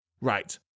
Right